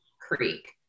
Creek